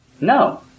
No